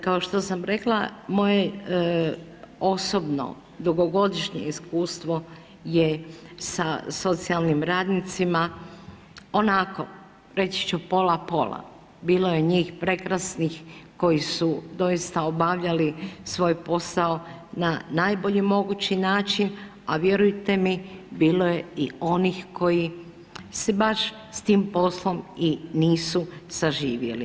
Kao što sam rekla moje osobno dugogodišnje iskustvo je sa socijalnim radnicima, onako reći ću pola pola, bilo je njih prekrasnih koji su doista obavljali svoj posao na najbolji mogući način, a vjerujte mi bilo je i onih koji se baš s tim poslom i nisu saživjeli.